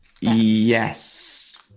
Yes